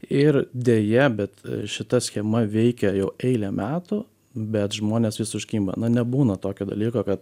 ir deja bet šita schema veikia jau eilę metų bet žmonės vis užkimba na nebūna tokio dalyko kad